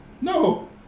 No